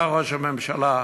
היה ראש הממשלה.